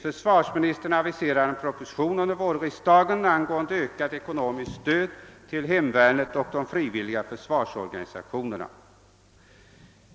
Försvarsministern aviserar en proposition under vårriksdagen angående ökat ekonomiskt stöd till hemvärnet och de frivilliga försvarsorganisationerna.